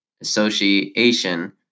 Association